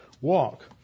walk